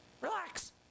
relax